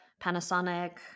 Panasonic